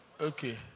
Okay